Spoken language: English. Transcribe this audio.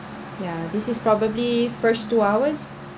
yeah this is probably first two hours